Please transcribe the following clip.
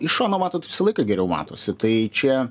iš šono matot visą laiką geriau matosi tai čia